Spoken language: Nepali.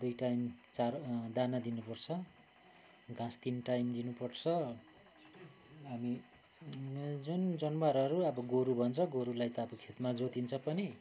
दुई टाइम चारो दाना दिनुपर्छ घाँस तिन टाइम दिनुपर्छ हामी जुन जनावरहरू अब गोरु भन्छ गोरुलाई त अब खेतमा जोतिन्छ पनि